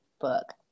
book